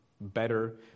Better